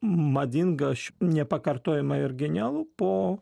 madinga ši nepakartojamą ir genialų po